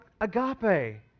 agape